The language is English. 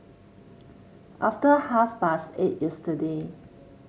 after half past eight yesterday